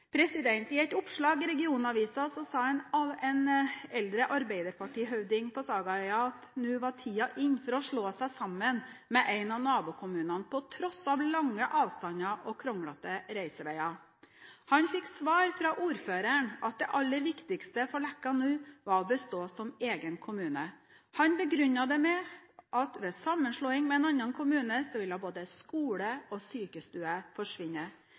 I et oppslag i regionavisen sa en eldre arbeiderpartihøvding på sagaøya at nå var tiden inn for å slå seg sammen med en av nabokommunene, på tross av lange avstander og kronglete reiseveier. Han fikk svar fra ordføreren at det aller viktigste for Leka nå var å bestå som egen kommune. Han begrunnet det med at ved sammenslåing med en annen kommune, ville både skole og sykestue forsvinne.